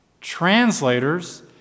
translators